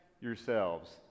yourselves